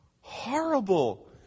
Horrible